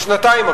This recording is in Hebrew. בשנתיים.